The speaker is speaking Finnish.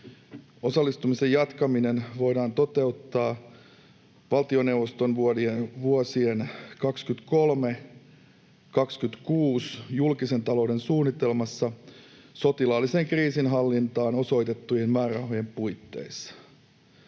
Osallistumisen jatkaminen voidaan toteuttaa valtioneuvoston vuosien 23—26 julkisen talouden suunnitelmassa sotilaalliseen kriisinhallintaan osoitettujen määrärahojen puitteissa.